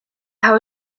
how